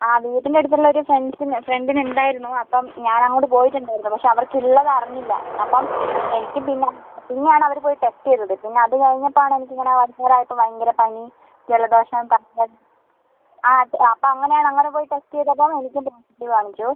yes വീട്ടിൻ്റെ അടുത്തുള്ള ഒരു ഫ്രണ്ടിനുണ്ടായിരുന്നു അപ്പം ഞാൻ അങ്ങോട്ട് പോയിട്ടുണ്ടായിരുന്നു പക്ഷെ അവർക്കിള്ളത് അറിഞ്ഞില്ല അപ്പം എനിക്കും പിന്നെയാണ് അവർ പോയി ടെസ്റ്റ് ചെയ്തത് പിന്നെ അത് കഴിഞ്ഞപ്പോ ആണ് എനിക്കിങ്ങനെ വൈകുന്നേരം ആയപ്പോ ഭയങ്കര പനി ജലദോഷം അപ്പൊ അങ്ങനെ ആണ് പോയി ടെസ്റ്റ് ചെയ്തപ്പോ എനിക്കും പോസിറ്റീവ് കാണിച്ചു